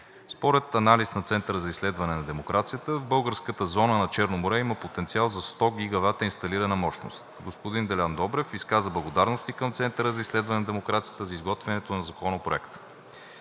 Според анализ на Центъра за изследване на демокрацията в българската зона на Черно море има потенциал за 100 гигавата инсталирана мощност. Господин Делян Добрев изказа благодарности към Центъра за изследване на демокрацията за изготвянето на Законопроекта.